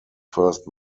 first